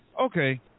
Okay